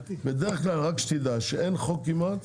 בדרך כלל רק שתדע שאין חוק כמעט